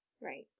Right